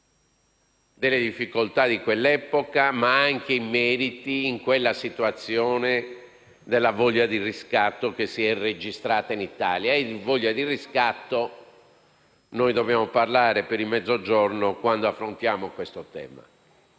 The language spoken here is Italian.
delle difficoltà di quell'epoca, ma anche i meriti in quella situazione della voglia di riscatto che si è registrata in Italia e di voglia di riscatto noi dobbiamo parlare per il Mezzogiorno quando affrontiamo questo tema.